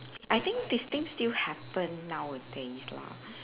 I think this thing still happen nowadays lah